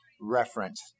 reference